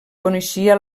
coneixia